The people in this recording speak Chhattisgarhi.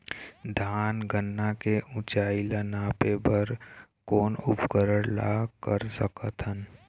धान गन्ना के ऊंचाई ला नापे बर कोन उपकरण ला कर सकथन?